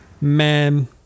Man